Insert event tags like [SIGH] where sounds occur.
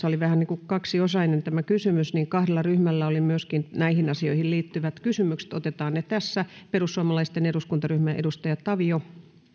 [UNINTELLIGIBLE] oli vähän niin kuin kaksiosainen ja täällä oli kahdella ryhmällä myös näihin asioihin liittyvät kysymykset otetaan ne tässä perussuomalaisten eduskuntaryhmän edustaja tavio